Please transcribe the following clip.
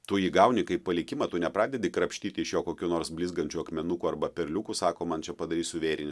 tu įgauni kaip palikimą tu nepradedi krapštyt iš jo kokių nors blizgančių akmenukų arba perliukus sako man čia padarysiu vėrinį